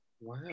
Wow